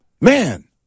man